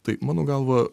tai mano galva